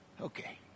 Okay